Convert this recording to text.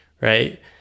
right